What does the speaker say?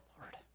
Lord